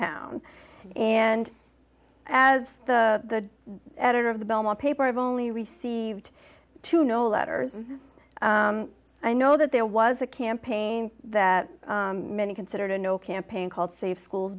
town and as the editor of the belmont paper i've only received two no letters i know that there was a campaign that many considered a no campaign called safe schools